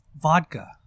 vodka